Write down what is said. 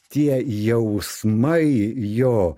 tie jausmai jo